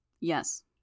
Yes